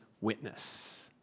witness